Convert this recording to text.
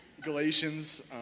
Galatians